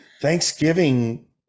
thanksgiving